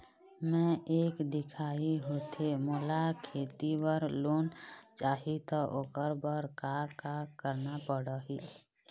मैं एक दिखाही होथे मोला खेती बर लोन चाही त ओकर बर का का करना पड़ही?